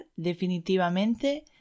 definitivamente